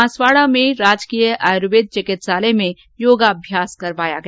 बांसवाड़ा में राजकीय आयुर्वेद चिकित्सालय में योगाभ्यास कराया गया